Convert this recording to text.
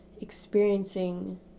experiencing